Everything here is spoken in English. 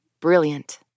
Brilliant